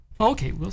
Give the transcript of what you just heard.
Okay